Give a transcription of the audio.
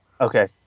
okay